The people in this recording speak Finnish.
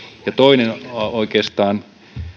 toinen kysymys oikeastaan